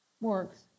works